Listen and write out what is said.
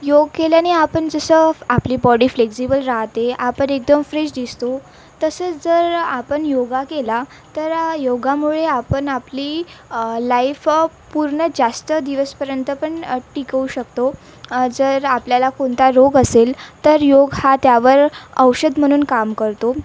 योग केल्याने आपण जसं फ् आपली बॉडी फ्लेग्जिबल राहते आपण एकदम फ्रेश दिसतो तसेच जर आपण योग केला तर आ योगामुळे आपण आपली लाईफ पूर्ण जास्त दिवसपर्यंत पण टिकवू शकतो जर आपल्याला कोणता रोग असेल तर योग हा त्यावर औषध म्हणून काम करतो